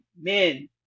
men